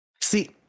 See